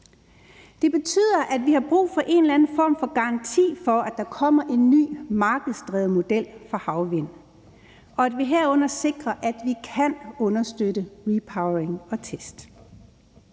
Det betyder, at vi har brug for en eller anden form for garanti for, at der kommer en ny markedsdrevet model for havvind, og at vi herunder sikrer, at vi kan understøtte repowering og test.